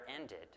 ended